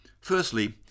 firstly